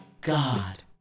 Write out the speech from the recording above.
God